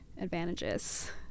advantages